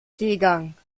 seegang